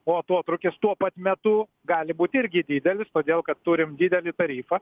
o atotrūkis tuo pat metu gali būt irgi didelis todėl kad turim didelį tarifą